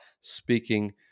speaking